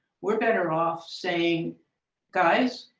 we're better off saying guys,